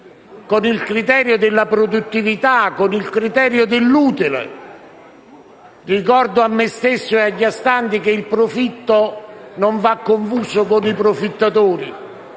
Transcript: con il criterio della produttività, con il criterio dell'utile. Ricordo a me stesso e agli astanti che il profitto non va confuso con i profittatori;